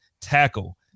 tackle